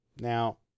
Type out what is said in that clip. Now